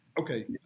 okay